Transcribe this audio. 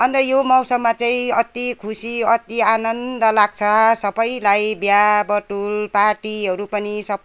अन्त यो मौसममा चाहिँ अति खुसी अति आनन्द लाग्छ सबैलाई बिहाबटुल पार्टीहरू पनि सब